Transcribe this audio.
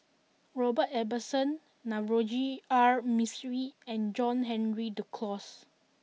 Robert Ibbetson Navroji R Mistri and John Henry Duclos